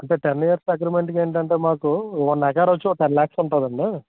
అంటే ten years agreement ఏంటంటే మాకు వన్ ఏకర్ వచ్చి ఒక టెన్ లాక్స్ ఉంటుందండి